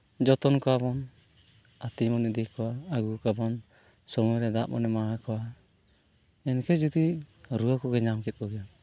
ᱡᱚᱛᱚᱱ ᱠᱚᱣᱟ ᱵᱚᱱ ᱟᱹᱛᱤᱧ ᱵᱚᱱ ᱤᱫᱤ ᱠᱚᱣᱟ ᱟᱹᱜᱩ ᱠᱚᱣᱟ ᱵᱚᱱ ᱥᱚᱢᱚᱭ ᱨᱮ ᱫᱟᱜ ᱵᱚᱱ ᱮᱢᱟᱣᱟᱠᱚᱣᱟ ᱢᱮᱱᱠᱷᱟᱱ ᱡᱩᱫᱤ ᱨᱩᱣᱟᱹ ᱠᱚᱜᱮ ᱧᱟᱢ ᱠᱮᱫ ᱠᱚᱜᱮᱭᱟ